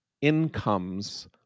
incomes